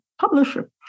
publisher